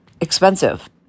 expensive